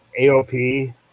AOP